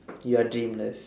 you are dreamless